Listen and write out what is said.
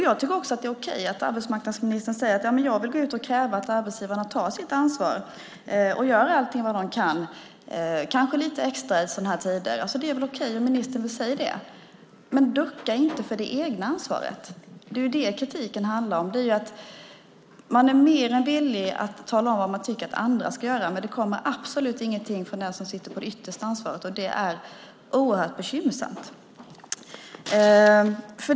Jag tycker också att det är okej att arbetsmarknadsministern säger att han vill gå ut och kräva att arbetsgivarna tar sitt ansvar och gör allt vad de kan, kanske lite extra i sådana här tider. Det är väl okej om ministern vill säga det. Men ducka inte för det egna ansvaret! Det är ju det kritiken handlar om. Man är mer än villig att tala om vad man tycker att andra ska göra, men det kommer absolut ingenting från den som sitter med det yttersta ansvaret, och det är oerhört bekymmersamt.